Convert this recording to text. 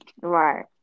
Right